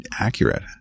accurate